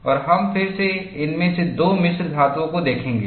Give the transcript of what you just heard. और हम फिर से इनमें से दो मिश्र धातुओं को देखेंगे